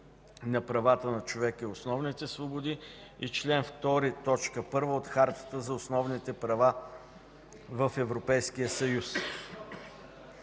на правата на човека и основните свободи; и чл. 2, т. 1 от Хартата на основните права в Европейския съюз).